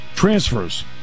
Transfers